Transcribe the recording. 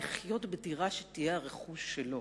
לחיות בדירה שתהיה הרכוש שלו.